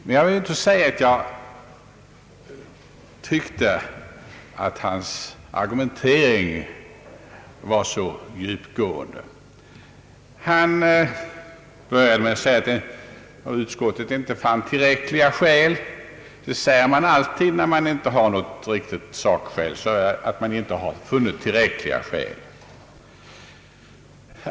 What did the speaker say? Men jag vill inte säga att jag tyckte att herr Erikssons argumentering var så djupgående. Han började med att säga att utskottet inte fann tillräckliga skäl för förslaget. Det säger man alltid när man inte har något riktigt sakskäl att anföra.